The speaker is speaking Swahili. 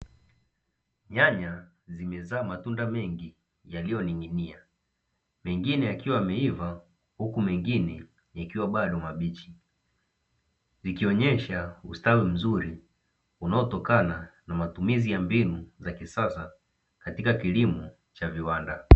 Nyanya zimezaa matunda mengi yaliyoning'inia mengine yakiwa yameiva huku mengine yakiwa bado mabichi, ikionyesha ustawi mzuri unaotokana na matumizi ya mbinu za kisasa katika kilimo cha viwanda.